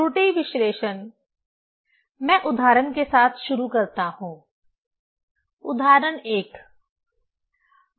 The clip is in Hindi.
त्रुटि विश्लेषण मैं उदाहरण के साथ शुरू करता हूं उदाहरण 1